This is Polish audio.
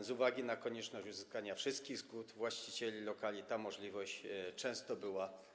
z uwagi na konieczność uzyskania wszystkich zgód właścicieli lokali ta możliwość często była.